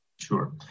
Sure